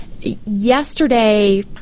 yesterday